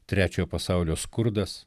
trečiojo pasaulio skurdas